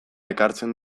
ekartzen